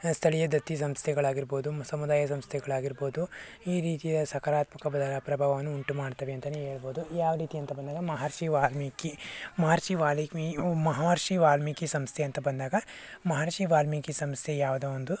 ಸ್ಥಳೀಯ ದತ್ತಿ ಸಂಸ್ಥೆಗಳಾಗಿರ್ಬೋದು ಸಮುದಾಯ ಸಂಸ್ಥೆಗಳಾಗಿರ್ಬೋದು ಈ ರೀತಿಯ ಸಕಾರಾತ್ಮಕ ಪ್ರಭಾವವನ್ನು ಉಂಟು ಮಾಡುತ್ತವೆ ಅಂತಲೇ ಹೇಳ್ಬೋದು ಯಾವ ರೀತಿ ಅಂತ ಬಂದಾಗ ಮಹರ್ಷಿ ವಾಲ್ಮೀಕಿ ಮಹರ್ಷಿ ವಾಲ್ಮೀಕಿ ಮಹರ್ಷಿ ವಾಲ್ಮೀಕಿ ಸಂಸ್ಥೆ ಅಂತ ಬಂದಾಗ ಮಹರ್ಷಿ ವಾಲ್ಮೀಕಿ ಸಂಸ್ಥೆ ಯಾವುದೋ ಒಂದು